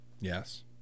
yes